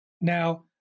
Now